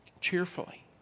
cheerfully